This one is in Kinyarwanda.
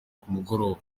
kumugora